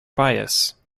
bias